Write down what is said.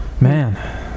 Man